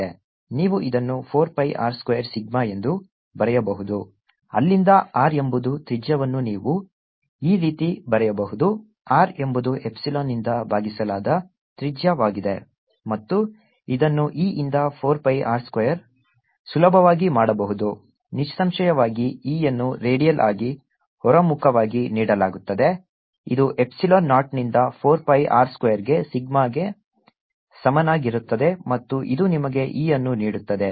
ನೀವು ಇದನ್ನು 4 pi R square sigma ಎಂದು ಬರೆಯಬಹುದು ಅಲ್ಲಿ R ಎಂಬುದು ತ್ರಿಜ್ಯವನ್ನು ನೀವು ಈ ರೀತಿ ಬರೆಯಬಹುದು R ಎಂಬುದು ಎಪ್ಸಿಲಾನ್ನಿಂದ ಭಾಗಿಸಲಾದ ತ್ರಿಜ್ಯವಾಗಿದೆ ಮತ್ತು ಇದನ್ನು E ಯಿಂದ 4 pi r ಸ್ಕ್ವೇರ್ ಸುಲಭವಾಗಿ ಮಾಡಬಹುದು ನಿಸ್ಸಂಶಯವಾಗಿ E ಯನ್ನು ರೇಡಿಯಲ್ ಆಗಿ ಹೊರಮುಖವಾಗಿ ನೀಡಲಾಗುತ್ತದೆ ಇದು ಎಪ್ಸಿಲಾನ್ ನಾಟ್ನಿಂದ 4 pi R ಸ್ಕ್ವೇರ್ಗೆ ಸಿಗ್ಮಾಗೆ ಸಮನಾಗಿರುತ್ತದೆ ಮತ್ತು ಇದು ನಿಮಗೆ E ಅನ್ನು ನೀಡುತ್ತದೆ